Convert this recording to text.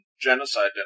genocide